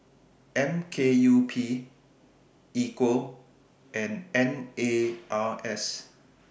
M K U P Equal and N A R S